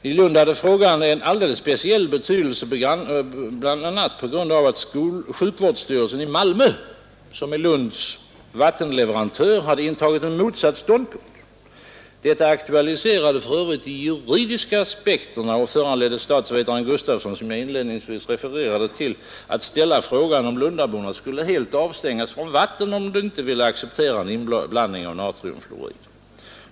I Lund hade frågan en alldeles speciell betydelse bl.a. på grund av att sjukvårdsstyrelsen i Malmö — Malmö är Lunds vattenleverantör — hade intagit en motsatt ståndpunkt. Detta aktualiserade för övrigt de juridiska aspekterna och föranledde statsvetaren Gustafsson, som jag inledningsvis refererade till, att ställa frågan, om lundaborna skulle helt avstängas ifrån vatten, om de inte vill acceptera en inblandning av natriumfluorid.